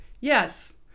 Yes